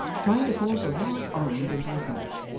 trying to force a large orange into his mouth,